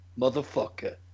motherfucker